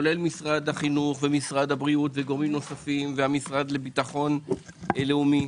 כולל משרד החינוך ומשרד הבריאות וגורמים נוספים והמשרד לביטחון לאומי.